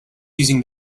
using